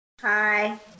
Hi